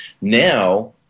Now